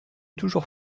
toujours